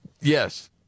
Yes